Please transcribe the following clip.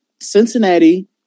Cincinnati